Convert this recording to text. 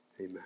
amen